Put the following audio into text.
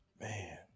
Man